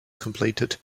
completed